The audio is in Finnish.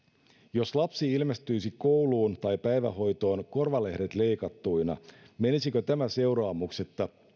jos lapsi ilmestyisi kouluun tai päivähoitoon korvalehdet leikattuina menisikö tämä seuraamuksitta